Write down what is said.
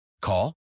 Call